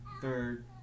third